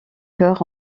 chœur